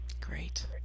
great